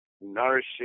nourishing